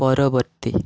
ପରବର୍ତ୍ତୀ